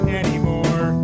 anymore